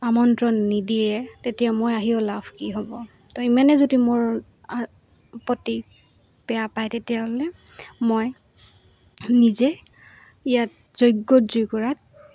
আমন্ত্ৰণ নিদিয়ে তেতিয়া মই আহিও লাভ কি হ'ব তো ইমানে যদি মোৰ পতি বেয়া পায় তেতিয়াহ'লে মই নিজে ইয়াত যোগ্যত জুইকোৰাত